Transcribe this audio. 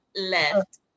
left